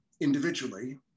individually